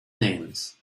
names